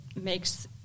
makes